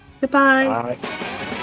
goodbye